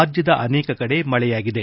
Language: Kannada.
ರಾಜ್ದದ ಅನೇಕ ಕಡೆ ಮಳೆಯಾಗಿದೆ